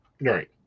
Right